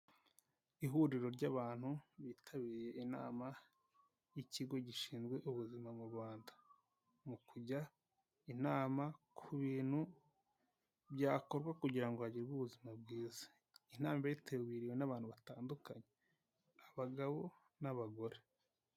Ihuriro ry'abantu bitabiriye inama y'ikigo gishinzwe ubuzima mu Rwanda, mu kujya inama ku bintu byakorwa kugira ngo bagire ubuzima bwiza, inama yitabiriwe n'abantu batandukanye abagabo n'abagore.